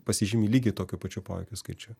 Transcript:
pasižymi lygiai tokiu pačiu poveikiu skaičiu